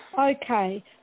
okay